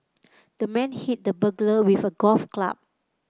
the man hit the burglar with a golf club